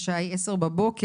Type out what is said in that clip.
השעה היא עשר בבוקר.